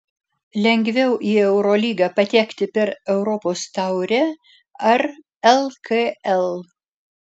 lengviau į eurolygą patekti per europos taurę ar lkl